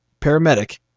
paramedic